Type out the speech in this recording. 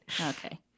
Okay